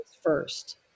first